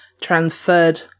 transferred